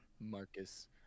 Marcus